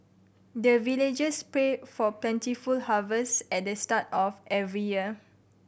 the villagers pray for plentiful harvest at start of every year